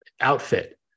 outfit